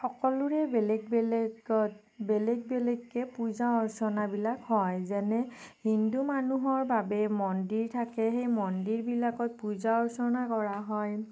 সকলোৰে বেলেগ বেলেগত বেলেগ বেলেগকৈ পূজা অৰ্চনাবিলাক হয় যেনে হিন্দু মানুহৰ বাবে মন্দিৰ থাকে সেই মন্দিৰবিলাকত পূজা অৰ্চনা কৰা হয়